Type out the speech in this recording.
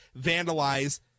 vandalize